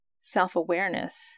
self-awareness